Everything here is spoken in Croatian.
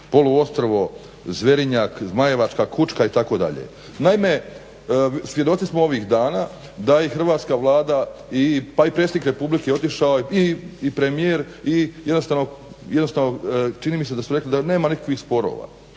poluostrvo, zverinjak, zmajevačka kučka itd. Naime, svjedoci smo ovih dana da i Hrvatska vlada, pa i predsjednik republike otišao, pa i premijer i jednostavno čini mi se da su rekli da nema nikakvih sporova.